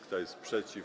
Kto jest przeciw?